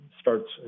starts